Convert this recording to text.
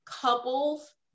couples